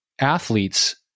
athletes